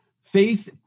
faith